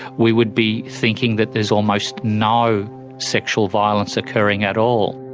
we would be thinking that there's almost no sexual violence occurring at all.